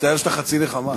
מצטער שאתה חצי נחמה.